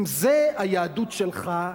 אם זה היהדות שלך,